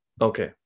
Okay